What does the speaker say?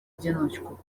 одиночку